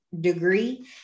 degree